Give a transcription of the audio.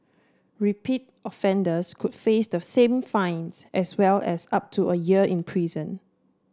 repeat offenders could face the same fine as well as up to a year in prison